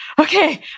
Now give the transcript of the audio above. Okay